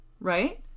Right